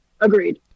Agreed